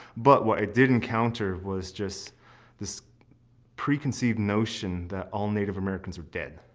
but what i did encounter was just this preconceived notion that all native americans are dead.